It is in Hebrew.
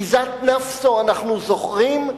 עזאת נאפסו, אנחנו זוכרים?